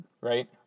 Right